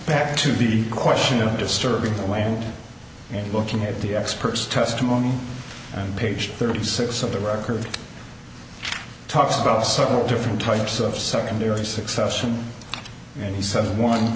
back to the question of disturbing the land and looking at the x purse testimony on page thirty six of the record talks about several different types of secondary succession and he said one